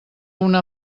una